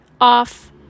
Off